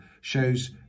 shows